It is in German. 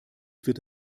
wird